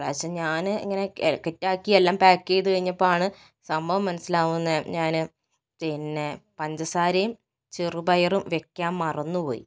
ഒരു പ്രാവിശ്യം ഞാൻ ഇങ്ങനെ കിറ്റാക്കി എല്ലം പാക്ക് ചെയ്ത് കഴിഞ്ഞപ്പോൾ ആണ് സംഭവം മനസ്സിലാകുന്നത് ഞാൻ പിന്നെ പഞ്ചസാരയും ചെറുപയറും വെക്കാൻ മറന്നു പോയി